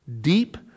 deep